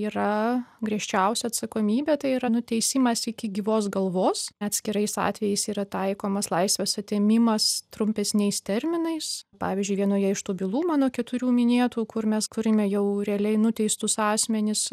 yra griežčiausia atsakomybė tai yra nuteisimas iki gyvos galvos atskirais atvejais yra taikomas laisvės atėmimas trumpesniais terminais pavyzdžiui vienoje iš tų bylų mano keturių minėtų kur mes turime jau realiai nuteistus asmenis